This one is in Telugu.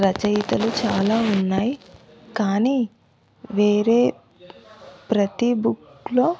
రచయితలు చాలా ఉన్నాయి కానీ వేరే ప్రతీ బుక్లో